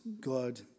God